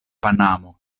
panamo